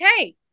okay